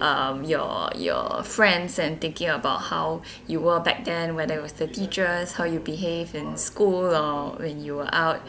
um your your friends and thinking about how you were back then where there was the teachers how you behave in school or when you are out